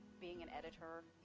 being an editor,